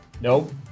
Nope